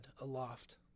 aloft